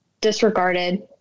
Disregarded